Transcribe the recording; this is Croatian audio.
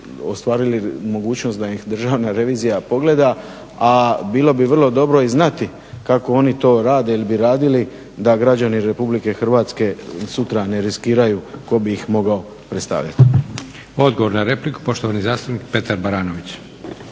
ostvarili mogućnost da ih Državna revizija pogleda. A bilo bi vrlo dobro i znati kako oni to rade ili bi radili da građani RH sutra ne riskiraju tko bi ih mogao predstavljati. **Leko, Josip (SDP)** Odgovor na repliku, poštovani zastupnik Petar Baranović.